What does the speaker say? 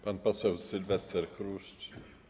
Pan poseł Sylwester Chruszcz.